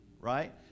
right